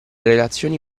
relazioni